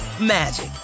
magic